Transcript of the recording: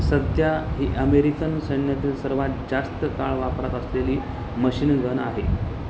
सध्या ही अमेरिकन सैन्यातील सर्वात जास्त काळ वापरात असलेली मशीनगन आहे